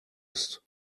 ist